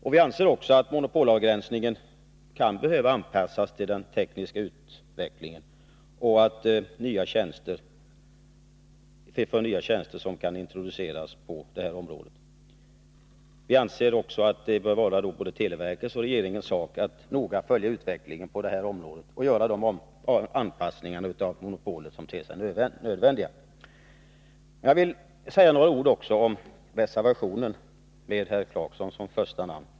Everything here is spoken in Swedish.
Vi anser också att monopolavgränsningen kan behöva anpassas till den tekniska utvecklingen och till de nya tjänster som kan introduceras på detta område. Vidare anser vi att det bör vara televerkets och regeringens sak att noga följa utvecklingen på området och göra de anpassningar av monopolet som ter sig nödvändiga. Jag vill säga några ord om reservationen med herr Clarkson som första namn.